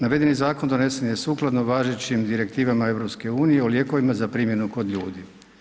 Navedeni zakon donesen je sukladno važećim direktivama EU o lijekovima za primjenu kod ljudi.